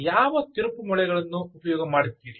ಯಾವ ತಿರುಪುಮೊಳೆಗಳನ್ನು ಉಪಯೋಗ ಮಾಡುತ್ತೀರಿ